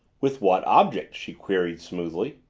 with what object? she queried smoothly.